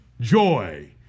joy